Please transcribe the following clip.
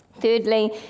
Thirdly